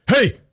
Hey